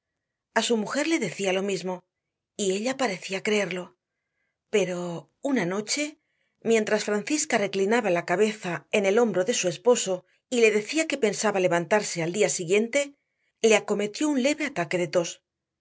frescas a su mujer le decía lo mismo y ella parecía creerlo pero una noche mientras francisca reclinaba la cabeza en el hombro de su esposo y le decía que pensaba levantarse al día siguiente le acometió un leve ataque de tos